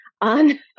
on